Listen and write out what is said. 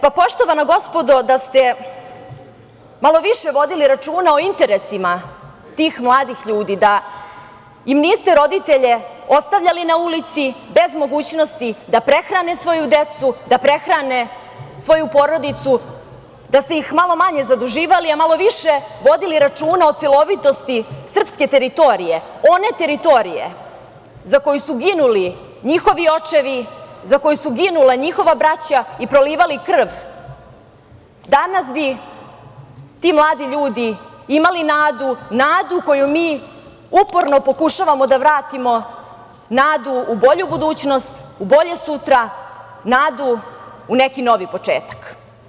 Poštovana gospodo, da ste malo više vodili računa o interesima tih mladih ljudi, da im niste roditelje ostavljali na ulici bez mogućnosti da prehrane svoju decu, da prehrane svoju porodicu, da ste ih malo manje zaduživali, a malo više vodili računa o celovitosti srpske teritorije, one teritorije za koju su ginuli njihovi očevi, za koju su ginuli njihova braća i prolivali krv, danas bi ti mladi ljudi imali nadu, nadu koju mi uporno pokušavamo da vratimo, nadu u bolju budućnost, u bolje sutra, nadu u neki novi početak.